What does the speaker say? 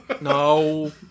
No